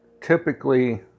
typically